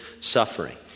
suffering